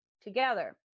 together